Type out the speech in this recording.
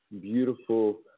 beautiful